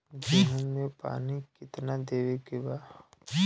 गेहूँ मे पानी कितनादेवे के बा?